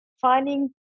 finding